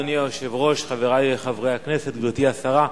אדוני היושב-ראש, חברי חברי הכנסת, גברתי השרה,